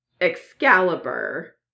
Excalibur